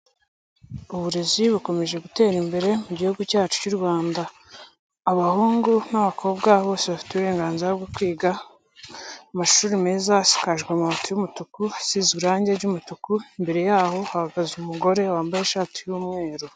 Uburezi bukomeje gutera imbere Gihugu cyacu cy'u Rwanda, abahungu n'abakobwa bose bafite uburenganzira bwo kwiga, amashuri meza asakajwe amabati y'umutuku asize irangi ry'umutuku, imbere y'aho hahagaze umugore wambaye ishati y'umweru.